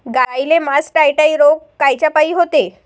गाईले मासटायटय रोग कायच्यापाई होते?